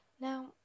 Now